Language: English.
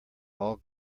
all